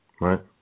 Right